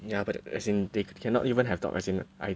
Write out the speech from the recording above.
ya but as in they cannot even have dog as in I